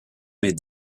mes